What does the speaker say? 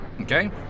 Okay